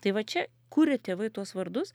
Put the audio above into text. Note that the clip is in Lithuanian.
tai va čia kuria tėvai tuos vardus